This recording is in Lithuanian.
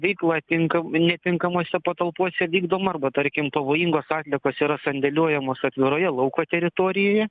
veikla tink netinkamose patalpose vykdoma arba tarkim pavojingos atliekos yra sandėliuojamos atviroje lauko teritorijoje